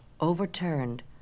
overturned